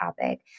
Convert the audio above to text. topic